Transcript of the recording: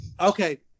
Okay